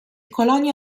colonia